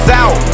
out